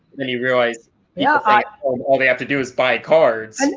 then you realize yeah ah um all they have to do is buy cards. and